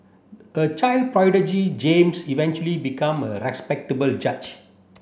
a child prodigy James eventually become a respectable judge